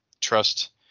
trust